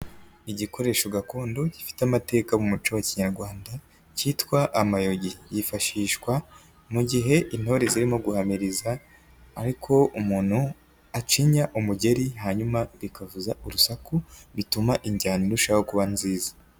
Igikoresho gakondo gifite amateka mu muco wa Kinyarwanda, kitwa amayogi yifashishwa mu gihe intore zirimo guhamiriza, ariko umuntu acya umugeri hanyuma bikavuza urusaku, bituma injyana irushaho kuba nziza.